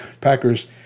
Packers